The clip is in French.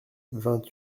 vingt